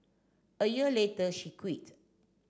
a year later she quit